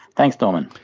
thanks norman.